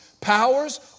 powers